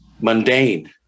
mundane